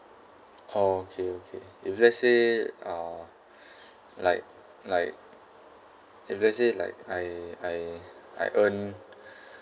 orh okay okay if let's say uh like like if let's say like I I I earn